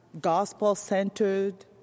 gospel-centered